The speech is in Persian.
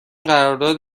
قرارداد